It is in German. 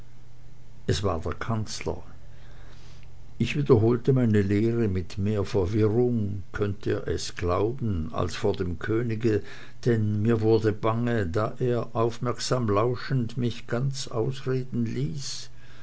es war der kanzler ich wiederholte meine lehre mit mehr verwirrung könnet ihr es glauben als vor dem könige denn mir wurde bange da er aufmerksam lauschend mich ganz ausreden ließ